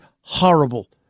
horrible